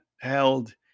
held